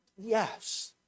yes